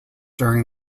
during